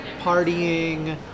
partying